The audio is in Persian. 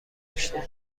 مشتری